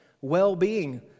well-being